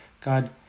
God